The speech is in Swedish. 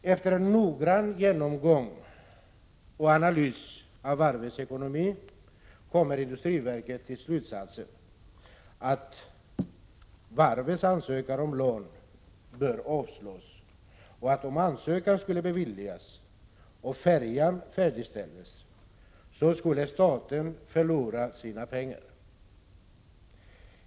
Efter en noggrann genomgång och analys av varvets ekonomi kommer industriverket till slutsatsen att varvets ansökan om lån bör avslås och att om ansökan skulle beviljas och färjan färdigställas skulle staten förlora sina pengar.